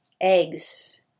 Eggs